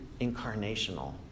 incarnational